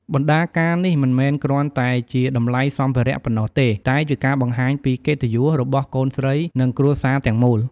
បណ្ណាការនេះមិនមែនគ្រាន់តែជាតម្លៃសម្ភារៈប៉ុណ្ណោះទេ តែជាការបង្ហាញពីកិត្តិយស របស់កូនស្រី និងគ្រួសារទាំងមូល។